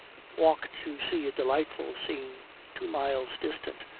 walked to see a delightful scene two miles distant,